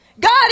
God